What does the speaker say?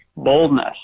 Boldness